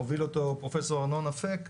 הוביל אותו פרופ' ארנון אפק,